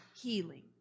healing